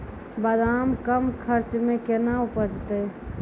बादाम कम खर्च मे कैना उपजते?